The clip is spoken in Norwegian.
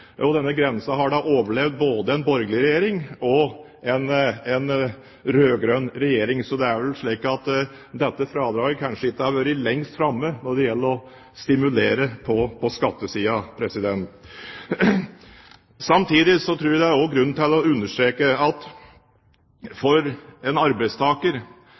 2000. Denne grensen har overlevd både en borgerlig regjering og en rød-grønn regjering. Så det er vel slik at dette fradraget kanskje ikke har vært lengst framme når det gjelder å stimulere på skattesiden. Samtidig tror jeg det er grunn til å understreke at for en arbeidstaker